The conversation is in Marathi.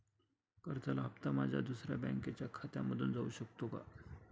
कर्जाचा हप्ता माझ्या दुसऱ्या बँकेच्या खात्यामधून जाऊ शकतो का?